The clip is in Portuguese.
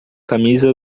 camisa